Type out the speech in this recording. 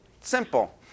simple